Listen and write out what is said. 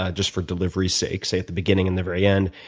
ah just for delivery's sake, say at the beginning and the very end.